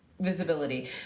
Visibility